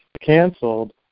canceled